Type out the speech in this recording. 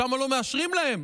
שם לא מאשרים להם,